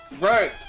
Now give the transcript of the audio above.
Right